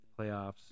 playoffs